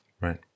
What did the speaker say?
Right